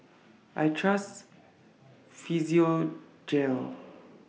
I Trust Physiogel